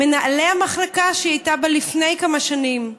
מנהלי המחלקה שהיא הייתה בה לפני כמה שנים,